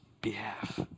behalf